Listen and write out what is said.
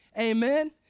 Amen